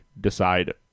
decide